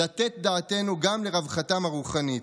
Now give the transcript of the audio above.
לתת דעתנו גם לרווחתם הרוחנית.